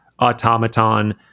automaton